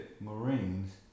Marines